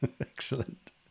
Excellent